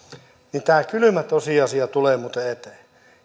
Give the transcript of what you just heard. niin tämä kylmä tosiasia tulee muuten eteen